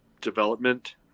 development